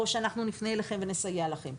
או שאנחנו נפנה אליכם ונסייע לכם.